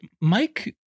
Mike